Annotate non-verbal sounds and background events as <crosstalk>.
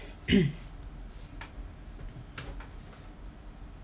<coughs>